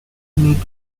need